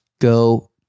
go